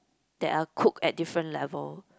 that are cooked at different level